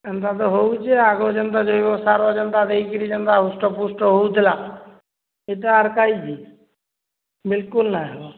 ଏନ୍ତା ତ ହେଉଛେ ଆଗରୁ ଯେନ୍ତା ଜୈବ ସାର ଯେନ୍ତା ଦେଇକରି ଯେନ୍ତା ହୃଷ୍ଟପୃଷ୍ଟ ହେଉଥିଲା ସେଟା ଆର୍ କାହିଁକି ବିଲକୁଲ୍ ନାହିଁ ହ